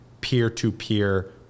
peer-to-peer